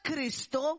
Cristo